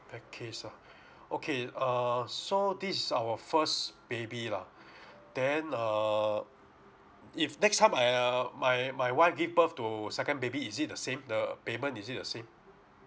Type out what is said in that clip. that case ah okay err so this is our first baby lah then err if next time I uh my my wife give birth to second baby is it the same the payment is it the same